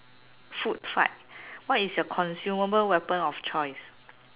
food fight what is your consumable weapon of choice